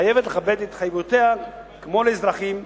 חייבת לכבד את התחייבויותיה, כמו לאזרחים,